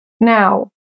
Now